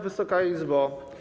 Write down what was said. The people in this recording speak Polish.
Wysoka Izbo!